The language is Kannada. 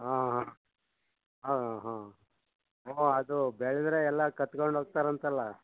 ಹಾಂ ಹಾಂ ಹಾಂ ಹಾಂ ಹೊ ಅದು ಬೆಳೆದ್ರೆ ಎಲ್ಲ ಕದ್ಕಂಡು ಹೋಗ್ತಾರಂತಲ್ಲ